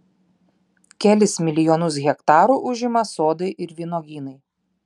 kelis milijonus hektarų užima sodai ir vynuogynai